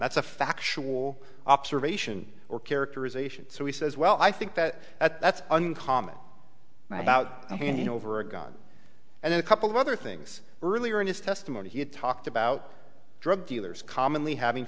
that's a factual observation or characterization so he says well i think that that's uncommon about handing over a gun and then a couple of other things earlier in his testimony he had talked about drug dealers commonly having